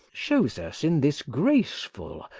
shows us in this graceful,